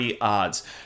odds